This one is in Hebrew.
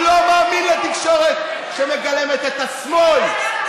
הוא לא מאמין לתקשורת שמגלמת את השמאל.